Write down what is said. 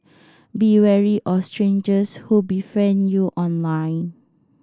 be wary of strangers who befriend you online